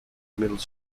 middle